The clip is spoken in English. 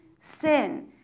sin